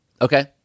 Okay